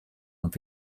und